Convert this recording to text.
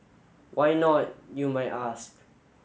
why not you might ask